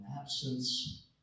absence